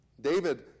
David